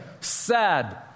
sad